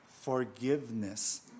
forgiveness